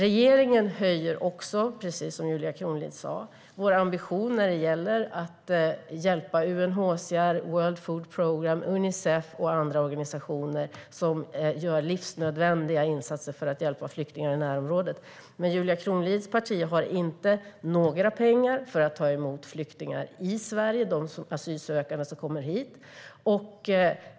Precis som Julia Kronlid sa höjer regeringen också sin ambition för att hjälpa UNHCR, World Food Programme, Unicef och andra organisationer som gör livsnödvändiga insatser för att hjälpa flyktingar i närområdet. Men Julia Kronlids parti har inte några pengar för att ta emot de flyktingar och asylsökande som kommer till Sverige.